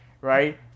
Right